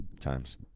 times